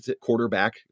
quarterback